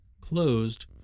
closed